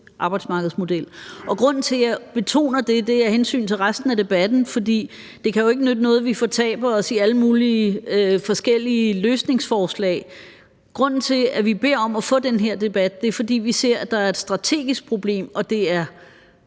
arbejdsmarkedsmodel. Grunden til, at jeg betoner det, er af hensyn til resten af debatten. For det kan jo ikke nytte noget, at vi fortaber os i alle mulige forskellige løsningsforslag. Grunden til, at vi beder om at få den her debat, er, at vi ser, at der er et strategisk problem, og det er